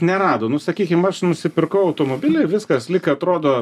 nerado nu sakykim aš nusipirkau automobilį ir viskas lyg atrodo